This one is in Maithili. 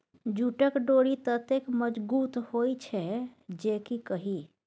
जूटक डोरि ततेक मजगुत होए छै जे की कही